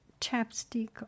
chapstick